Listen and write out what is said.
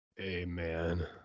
Amen